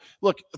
look